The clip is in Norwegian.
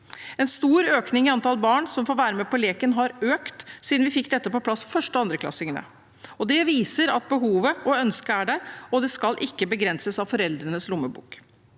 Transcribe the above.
prioritet. Antallet barn som får være med på leken, har økt siden vi fikk dette på plass for første- og andreklassingene. Det viser at behovet og ønsket er der, og det skal ikke begrenses av foreldrenes lommebok.